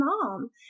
mom